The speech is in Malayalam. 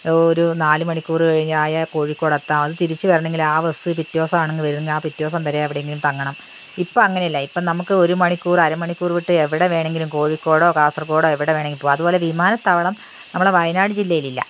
ഒരു നാലുമണിക്കൂറ് കഴിഞ്ഞ് ആയാൽ കോഴിക്കോട് എത്താം അത് തിരിച്ചു വരണമെങ്കിൽ ആ ബസ്സ് പിറ്റേ ദിവസമാണെങ്കിൽ വരുന്നത് ആ പിറ്റേ ദിവസം വരെ എവിടെയെങ്കിലും തങ്ങണം ഇപ്പോൾ അങ്ങനെയല്ല ഇപ്പോൾ നമുക്ക് ഒരു മണിക്കൂർ അര മണിക്കൂർ വിട്ട് എവിടെ വേണമെങ്കിലും കോഴിക്കോടോ കാസർഗോഡോ എവിടെ വേണമെങ്കിലും പോവാം അതുപോലെ വിമാനത്താവളം നമ്മളെ വയനാട് ജില്ലയിൽ ഇല്ല